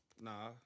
Nah